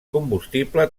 combustible